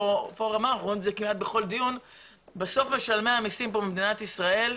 בסוף משלמי המיסים במדינת ישראל,